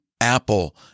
Apple